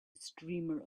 streamer